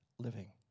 living